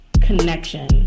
connection